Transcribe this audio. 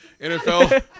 NFL